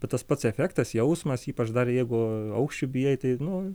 bet tas pats efektas jausmas ypač dar jeigu aukščio bijai tai nu